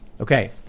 Okay